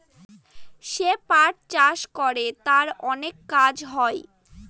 যে পাট চাষ করে তার অনেক কাজ হয়